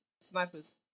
Snipers